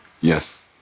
Yes